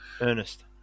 Ernest